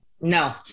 No